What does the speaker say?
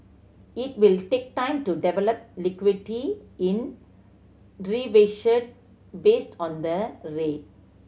it will take time to develop liquidity in based on the rate